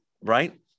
Right